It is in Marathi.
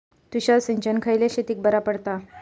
तुषार सिंचन खयल्या शेतीक बरा पडता?